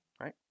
Right